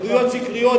עדויות שקריות,